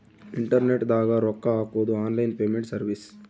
internet ದಾಗ ರೊಕ್ಕ ಹಾಕೊದು ಆನ್ಲೈನ್ ಪೇಮೆಂಟ್ ಸರ್ವಿಸ್